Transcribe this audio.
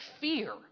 fear